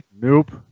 nope